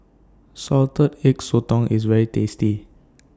Salted Egg Sotong IS very tasty